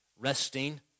resting